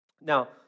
Now